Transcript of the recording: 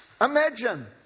Imagine